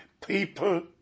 people